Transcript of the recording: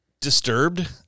disturbed